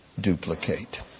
duplicate